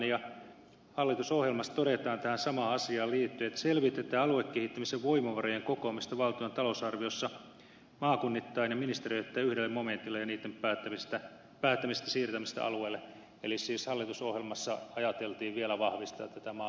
hallitusohjelmassa todetaan tähän samaan asiaan liittyen että selvitetään aluekehittämisen voimavarojen kokoamista valtion talousarviossa maakunnittain ja ministeriöittäin yhdelle momentille ja niistä päättämisen siirtämistä alueelle eli siis hallitusohjelmassa ajateltiin vielä vahvistaa tätä maakuntien asemaa